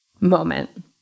moment